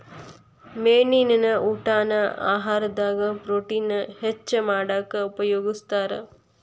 ಮೇನಿನ ಊಟಾನ ಆಹಾರದಾಗ ಪ್ರೊಟೇನ್ ಹೆಚ್ಚ್ ಮಾಡಾಕ ಉಪಯೋಗಸ್ತಾರ